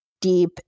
deep